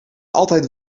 altijd